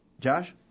Josh